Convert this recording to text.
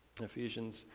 Ephesians